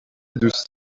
دوست